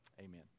Amen